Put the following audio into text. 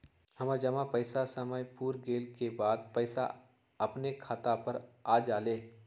हमर जमा पैसा के समय पुर गेल के बाद पैसा अपने खाता पर आ जाले?